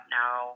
now